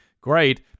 great